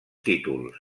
títols